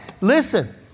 Listen